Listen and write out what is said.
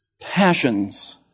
Passions